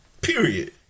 period